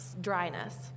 dryness